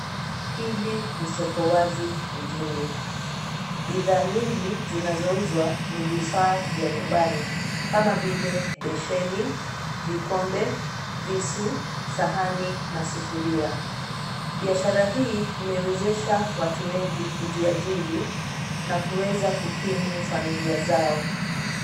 Hili ni soko wazi mjini bidhaa nyingi zinazouzwa ni vifaa vya nyumbani, kama vile besheni, vikombe, visu, sahani na sufuria. Biashara hii imewezesha watu wengi kujiajiri na kuweza kukimu familia zao.